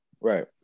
Right